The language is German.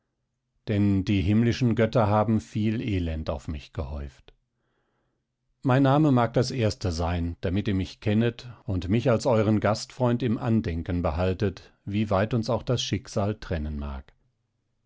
denn die himmlischen götter haben viel elend auf mich gehäuft mein name mag das erste sein damit ihr mich kennet und mich als euren gastfreund im andenken behaltet wie weit uns auch das schicksal trennen mag